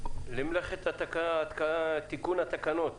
נעבור למלאכת תיקון התקנות.